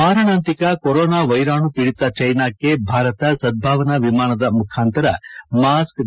ಮಾರಣಾಂತಿಕ ಕೊರೋನಾ ವ್ಯೆರಾಣು ಪೀಡಿತ ಚೀನಾಕ್ಕೆ ಭಾರತ ಸದ್ಗಾವನಾ ವಿಮಾನದ ಮುಖಾಂತರ ಮಾಸ್ಕೆ